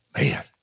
man